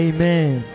Amen